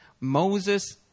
Moses